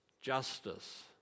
justice